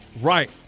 Right